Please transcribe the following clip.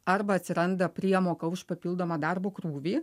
arba atsiranda priemoka už papildomą darbo krūvį